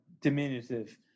diminutive